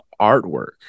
artwork